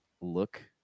look